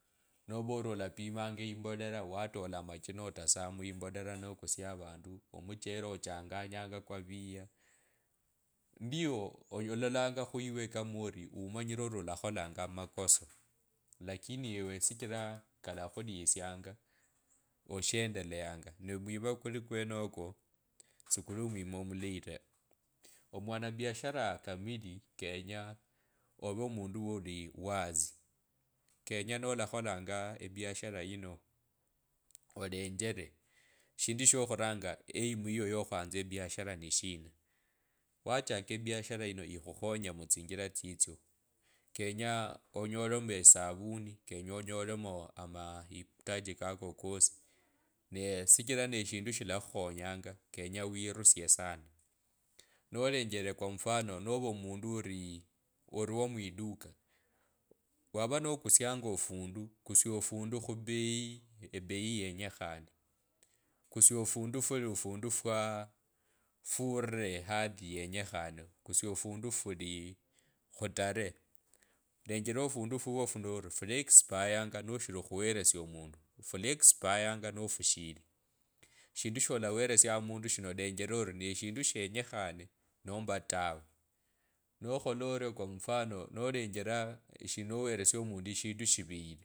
Novaa ori olapimanga imbolera watola amajina nokusia avandu amuchele ochanganyanga kwaviua, ndivyo ololanga khuiwe umanyire ori okakholanga amakosa lakini iwe shichira kulakhulisianga oshendeleanga na omwima kuli kwenoko sikuli omwima omulai taa omwanabiashara kamili kenye ove mundu uli wasi kenya nolakholanga ebiashara ino olenjele shindu tsyo khuranga aim yiyo yakhunxa ebiashara ni shina wachaka ebiashara inoikhukhonye mutsinjira tsitsio kenye onyolemo esavuni kenye onyolemo amahitaji kako kosi nee sijila neshindu shalakhukhonyanga kenye wirusie sana nolenjele kw mfano nova omundu orii wa mwichuka wava nakusianga ofundu kusia ofundu khubei bei yenyekhane, kusia ofundu fuli ofundu fyaa fuure handi yenyekhane kusia ofundu fuli khutarehe lenjela ofundu fufyofuno ori fulexpire noshili khwelrsia omundu fulexpirenga no fushili shindu sholelesianga omundu lenjela ori neshindu shenyekhane nomba tawe nakholaorio kw mfano nol nolenjela niwesia omundu eshi shindu shiviyire.